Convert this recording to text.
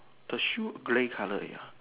the shoe grey colour ya